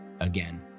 again